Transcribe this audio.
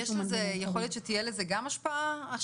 יכול להיות שתהיה לזה גם השפעה אם